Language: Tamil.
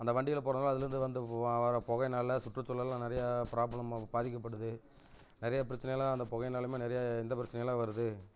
அந்த வண்டியில் போகிறதுனால அதில் இருந்து வந்த உ வ வர புகைனால சுற்றுசூலல்லாம் நிறையா ப்ராப்ளம்மு பாதிக்கப்படுது நிறையா பிரச்சனை எல்லாம் அந்த புகைனாலுமே நிறையா இந்த பிரச்சனை எல்லாம் வருது